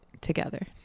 together